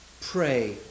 pray